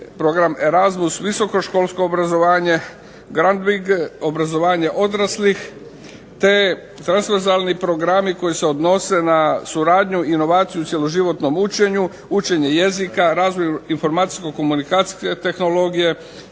grand …/Govornik se ne razumije./… obrazovanje odraslih te transverzalni programi koji se odnose na suradnju i inovaciju cjeloživotnom učenju, učenje jezika, razvoju informacijsko-komunikacijske tehnologije,